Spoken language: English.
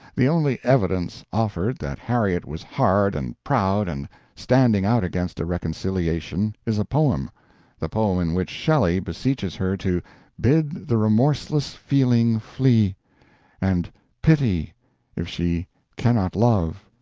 the only evidence offered that harriet was hard and proud and standing out against a reconciliation is a poem the poem in which shelley beseeches her to bid the remorseless feeling flee and pity if she cannot love.